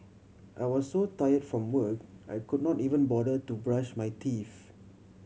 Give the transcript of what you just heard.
I was so tired from work I could not even bother to brush my teeth